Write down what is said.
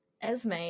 esme